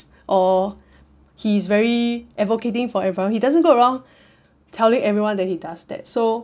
or he's very advocating for everyone he doesn't go around telling everyone that he does that so